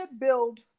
build